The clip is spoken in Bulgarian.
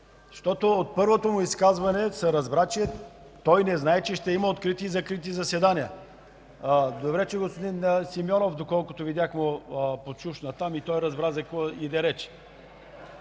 защото от първото му изказване се разбра, че той не знае, че ще има открити и закрити заседания. Добре, че господин Симеонов, доколкото видях, му подшушна там и той разбра за какво иде реч.